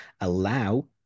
allow